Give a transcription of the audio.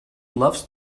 loves